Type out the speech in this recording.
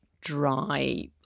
dry